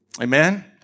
Amen